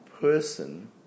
person